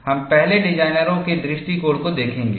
हम पहले डिजाइनरों के दृष्टिकोण को देखेंगे